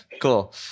Cool